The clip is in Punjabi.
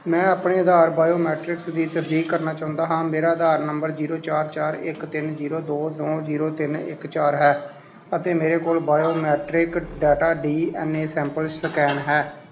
ਮੈਂ ਆਪਣੇ ਆਧਾਰ ਬਾਇਓਮੀਟ੍ਰਿਕਸ ਦੀ ਤਸਦੀਕ ਕਰਨਾ ਚਾਹੁੰਦਾ ਹਾਂ ਮੇਰਾ ਆਧਾਰ ਨੰਬਰ ਜੀਰੋ ਚਾਰ ਚਾਰ ਇੱਕ ਤਿੰਨ ਜੀਰੋ ਦੋ ਨੌਂ ਜੀਰੋ ਤਿੰਨ ਇੱਕ ਚਾਰ ਹੈ ਅਤੇ ਮੇਰੇ ਕੋਲ biometric data D N A sample scan ਹੈ